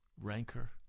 rancor